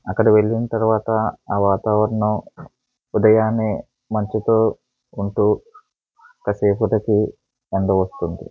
అక్కడ వెళ్ళిన తర్వాత ఆ వాతావరణం ఉదయాన మంచుతో ఉంటు కాసేపటికి ఎండ వస్తుంది